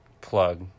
plug